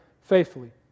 faithfully